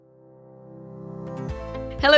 Hello